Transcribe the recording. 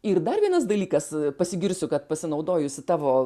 ir dar vienas dalykas pasigirsiu kad pasinaudojusi tavo